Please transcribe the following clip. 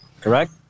correct